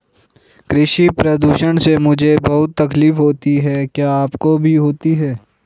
कृषि प्रदूषण से मुझे बहुत तकलीफ होती है क्या आपको भी होती है